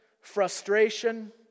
frustration